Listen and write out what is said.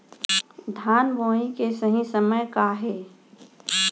धान बोआई के सही समय का हे?